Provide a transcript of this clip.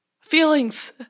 Feelings